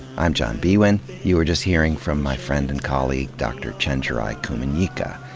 i'm john biewen. you were just hearing from my friend and colleague dr. chenjerai kumanyika.